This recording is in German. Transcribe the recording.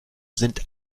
sind